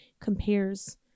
compares